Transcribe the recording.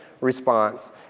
response